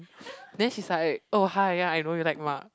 then she's like oh hi ya I know you like Mark